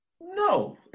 No